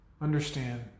understand